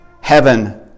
heaven